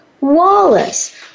Wallace